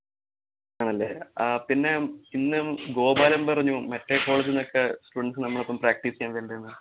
ആണല്ലേ ആ പിന്നെ ഇന്ന് ഗോപാലൻ പറഞ്ഞു മറ്റേ കോളേജീന്നക്കെ സ്റ്റുഡൻറ്റ്സ്സ് നമ്മോടൊപ്പം പ്രാക്റ്റീസ്സ് ചെയ്യാൻ വരണുണ്ടെന്ന്